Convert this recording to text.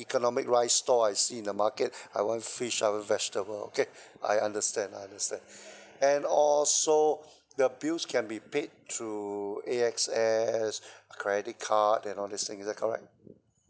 economic rice stall I see in the market I want fish I want vegetable okay I understand I understand and also the bills can be paid through A_X_S credit card and all these things is that correct